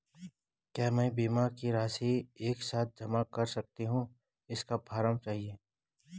क्या मैं बीमा की राशि एक साथ जमा कर सकती हूँ इसका फॉर्म चाहिए?